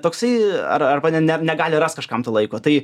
toksai ar arba ne negali rast kažkam to laiko tai